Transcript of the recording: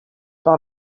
par